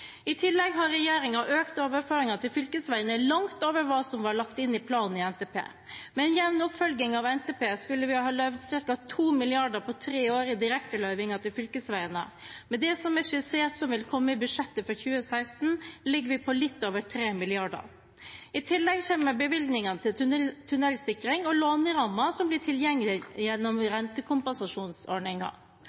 I tillegg har regjeringen økt overføringene til fylkesveiene langt over hva som var lagt inn i planen, i NTP. Med en jevn oppfølging av NTP skulle vi ha bevilget ca. 2 mrd. kr på tre år i direktebevilgninger til fylkesveiene. Med det som er skissert vil komme i budsjettet for 2016, ligger vi på litt over 3 mrd. kr. I tillegg kommer bevilgningene til tunnelsikring og lånerammen som blir tilgjengelig gjennom